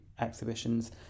exhibitions